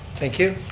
thank you.